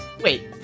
Wait